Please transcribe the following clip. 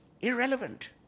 Irrelevant